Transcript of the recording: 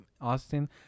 Austin